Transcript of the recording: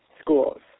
schools